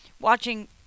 watching